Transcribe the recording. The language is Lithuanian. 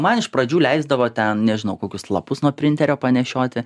man iš pradžių leisdavo ten nežinau kokius lapus nuo printerio panešioti